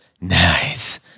Nice